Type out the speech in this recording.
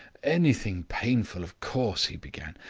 anything painful, of course he began.